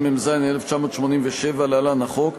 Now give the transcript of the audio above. התשמ"ז 1987 (להלן: החוק),